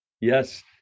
Yes